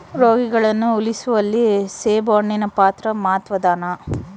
ರೋಗಿಗಳನ್ನು ಉಳಿಸುವಲ್ಲಿ ಸೇಬುಹಣ್ಣಿನ ಪಾತ್ರ ಮಾತ್ವದ್ದಾದ